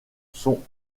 sont